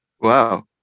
wow